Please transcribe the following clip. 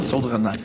למסעוד גנאים.